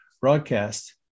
broadcast